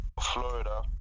Florida